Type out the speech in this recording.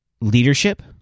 leadership